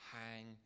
Hang